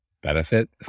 benefit